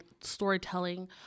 storytelling